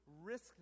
risk